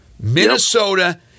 Minnesota